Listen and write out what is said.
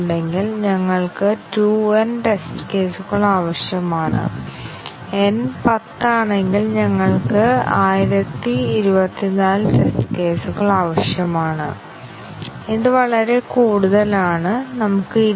അതിനാൽ ഈ മൂല്യങ്ങളുടെ കൂട്ടം ആ അവസ്ഥകളെ സത്യവും തെറ്റും ആക്കിത്തീർക്കുമെന്ന് നമുക്ക് കാണാൻ കഴിയും എന്നാൽ വലിയ സങ്കീർണ്ണമായ പ്രോഗ്രാമുകൾക്ക് ബ്രാഞ്ച് കവറേജ് നേടുന്നതിന് ടെസ്റ്റ് കേസുകൾ രൂപകൽപ്പന ചെയ്യുന്നത് വളരെ ബുദ്ധിമുട്ടാണ്